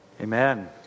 Amen